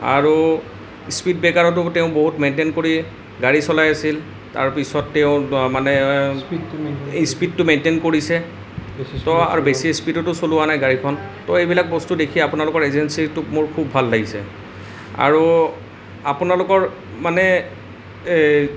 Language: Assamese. আৰু স্পীডব্ৰেকাৰতো তেওঁ বহুত মেইনটেইন কৰি গাড়ী চলাই আছিল তাৰ পিছত তেওঁৰ মানে স্পীডটো মেইনটেইন কৰিছে আৰু বেছি স্পীডটো চলোৱা নাই গাড়ীখন তো এইবিলাক বস্তু দেখি আপোনালোকৰ এজেন্সীটোক মোৰ খুউব ভাল লাগিছে আৰু আপোনালোকৰ মানে এই